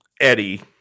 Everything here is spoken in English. Eddie